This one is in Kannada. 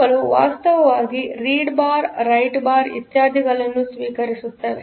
ಇವುಗಳು ವಾಸ್ತವವಾಗಿ ರೀಡ್ ಬಾರ್ ರೈಟ್ ಬಾರ್ ಇತ್ಯಾದಿಗಳನ್ನು ಈ ಸ್ವೀಕರಿಸುತ್ತವೆ